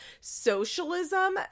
socialism